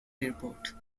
airport